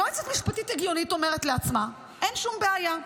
יועצת משפטית הגיונית אומרת לעצמה: אין שום בעיה,